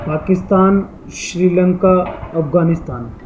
Pakistan Sri Lanka Afghanistan